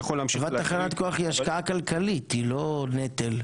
אבל תחנת כוח היא השקעה כלכלית, היא לא נטל.